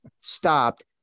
stopped